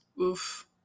Oof